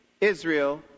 Israel